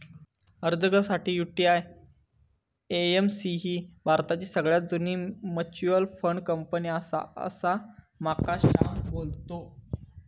अर्ज कर साठी, यु.टी.आय.ए.एम.सी ही भारताची सगळ्यात जुनी मच्युअल फंड कंपनी आसा, असा माका श्याम बोललो